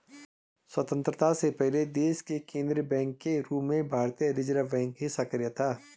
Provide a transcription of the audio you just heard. स्वतन्त्रता से पहले देश के केन्द्रीय बैंक के रूप में भारतीय रिज़र्व बैंक ही सक्रिय था